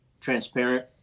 Transparent